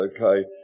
okay